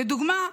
לדוגמה: